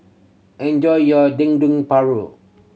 enjoy your Dendeng Paru